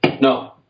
No